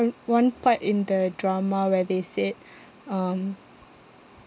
one part in the drama where they said um